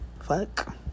Fuck